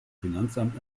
finanzamt